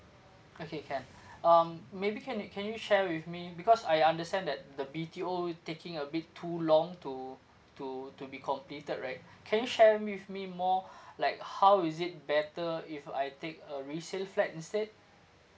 okay can um maybe can you can you share with me because I understand that the B_T_O taking a bit too long to to to be completed right can you share me with me more like how is it better if I take a resale flat instead